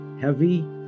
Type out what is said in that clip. heavy